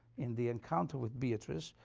in the encounter with beatrice,